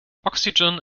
oxygen